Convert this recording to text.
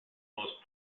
most